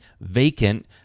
vacant